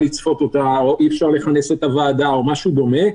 לצפות אותה או אי-אפשר לכנס את הוועדה או משהו דומה.